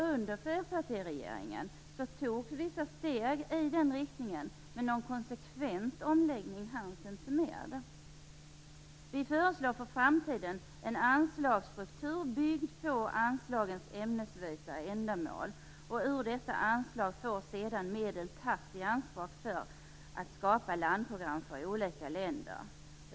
Under fyrpartiregeringen togs vissa steg i den riktningen, men någon konsekvent omläggning hanns inte med. Vi föreslår för framtiden en anslagsstruktur byggd på anslagens ämnesvisa ändamål. Ur dessa anslag får sedan medel tas i anspråk för att skapa landprogram för olika länder.